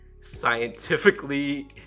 scientifically